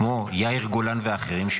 כמו יאיר גולן ואחרים,